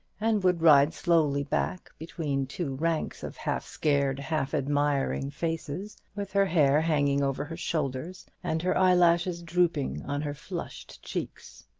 and would ride slowly back between two ranks of half-scared, half-admiring faces, with her hair hanging over her shoulders and her eyelashes drooping on her flushed cheeks.